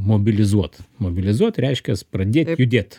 mobilizuot mobilizuot reiškias pradėt judėt